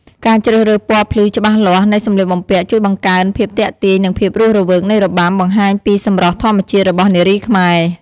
ការជ្រើសរើសពណ៌ភ្លឺច្បាស់លាស់នៃសម្លៀកបំពាក់ ជួយបង្កើនភាពទាក់ទាញ និងភាពរស់រវើកនៃរបាំ បង្ហាញពីសម្រស់ធម្មជាតិរបស់នារីខ្មែរ។